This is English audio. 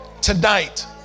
tonight